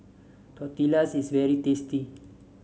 tortillas is very tasty